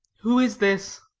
who is this?